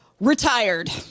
Retired